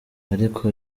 ariko